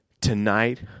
tonight